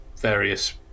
various